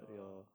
ah